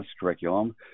Curriculum